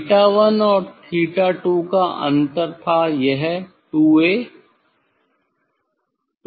'𝛉1' और '𝛉2' का अंतर लिया था यह '2A'